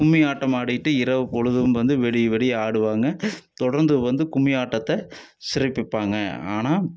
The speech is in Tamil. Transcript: கும்மி ஆட்டம் ஆடிகிட்டு இரவு பொழுதும் விடிய விடிய ஆடுவாங்க தொடர்ந்து வந்து கும்மி ஆட்டத்தை சிறப்பிப்பாங்க ஆனால்